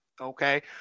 Okay